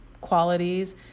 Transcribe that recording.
qualities